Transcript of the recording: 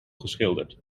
geschilderd